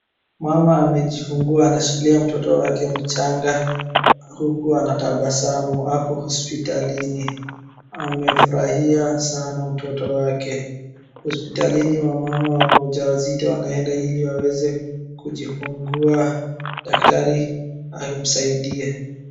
Mama amejifungua, anashikilia mtoto wake mchanga huku anatabasamu. Ako hospitalini. Amefurahia sana mtoto wake. Hospitalini wamama wajawazito wanaenda ili waweze kujifungua, daktari amsaidie.